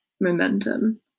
momentum